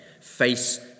face